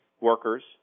workers